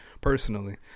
personally